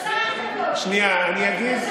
שנייה, אני אגיד,